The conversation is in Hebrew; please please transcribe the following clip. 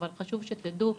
אבל חשוב שתדעו.